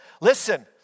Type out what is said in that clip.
listen